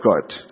God